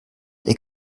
der